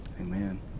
Amen